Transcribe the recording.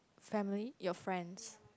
family your friends